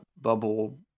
bubble